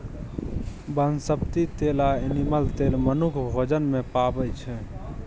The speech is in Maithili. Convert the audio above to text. बनस्पति तेल आ एनिमल तेल मनुख भोजन मे पाबै छै